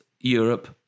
Europe